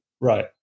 Right